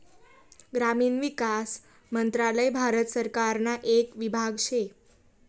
ग्रामीण विकास मंत्रालय भारत सरकारना येक विभाग शे